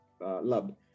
Lab